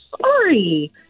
sorry